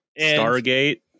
Stargate